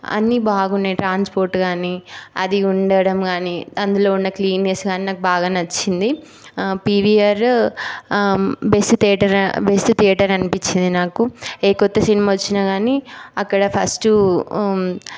అన్నీ బాగున్నాయి ట్రాన్స్పోర్ట్ కానీ అది ఉండడం కానీ అందులో ఉన్న క్లీన్నెస్ కానీ నాకు బాగా నచ్చింది PVR best theatre best theatre అనిపిచ్చింది నాకు ఏ కొత్త సినిమా వచ్చినా కానీ అక్కడ ఫస్టు